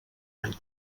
any